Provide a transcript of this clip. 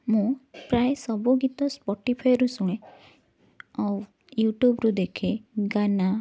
ମୁଁ ପ୍ରାୟ ସବୁ ଗୀତ ସ୍ପଟିଫାଏରୁ ଶୁଣେ ଆଉ ୟୁଟ୍ୟୁବରୁ ଦେଖେ ଗାନା